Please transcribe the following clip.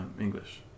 English